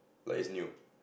like it's new